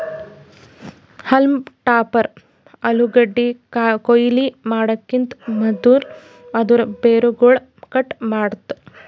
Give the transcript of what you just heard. haulm topper ಆಲೂಗಡ್ಡಿ ಕೊಯ್ಲಿ ಮಾಡಕಿಂತ್ ಮದುಲ್ ಅದೂರ್ ಬೇರುಗೊಳ್ ಕಟ್ ಮಾಡ್ತುದ್